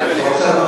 בבקשה,